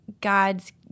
God's